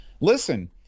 Listen